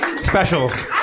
specials